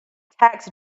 tax